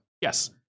Yes